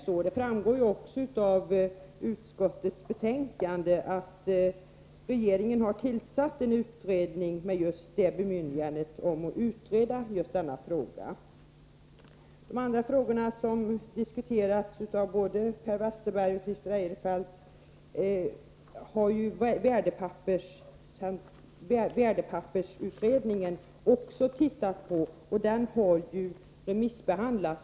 Som framgår av utskottets betänkande har regeringen tillsatt en utredning med bemyndigande att undersöka just den frågan. De andra frågorna som tagits upp av både Per Westerberg och Christer Eirefelt har värdepappersutredningen tittat på. Den utredningen har remissbehandlats.